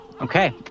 okay